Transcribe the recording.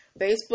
Facebook